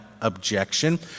objection